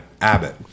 Abbott